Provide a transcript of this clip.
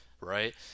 right